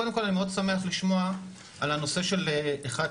קודם כל אני מאוד שמח לשמוע על הנושא של 1,